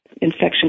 infection